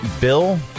Bill